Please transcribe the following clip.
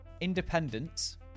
independence